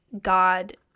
God